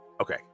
Okay